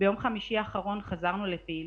ביום חמישי האחרון חזרנו לפעילות,